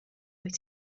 wyt